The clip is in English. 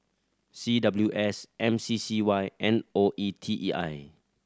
C W S M C C Y and O E T E I